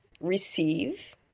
receive